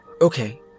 okay